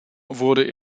wurde